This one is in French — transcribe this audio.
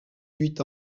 huit